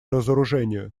разоружению